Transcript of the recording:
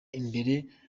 imbere